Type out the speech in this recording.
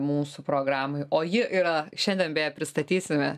mūsų programai o ji yra šiandien beje pristatysime